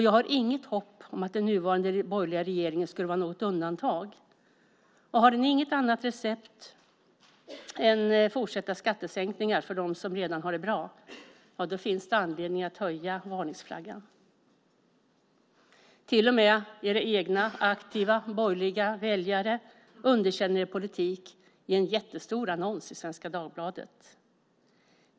Jag har inget hopp om att den nuvarande borgerliga regeringen skulle vara något undantag. Har den inget annat recept än fortsatta skattesänkningar för dem som redan har det bra finns det anledning att höja varningsflaggan. Till och med era aktiva, borgerliga väljare underkänner er politik i en jättestor annons i Svenska Dagbladet.